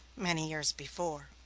many years before.